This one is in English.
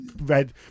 red